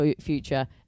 future